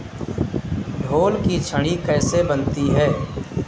ढोल की छड़ी कैसे बनती है?